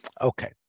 Okay